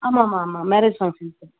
ஆமாம் ஆமாம் ஆமாம் மேரேஜ் ஃபங்க்ஷன் சார்